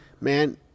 man